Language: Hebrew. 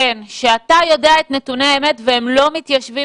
שאתה יודע את נתוני האמת והם לא מתיישבים